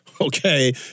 Okay